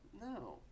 no